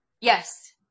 Yes